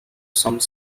some